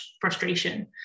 frustration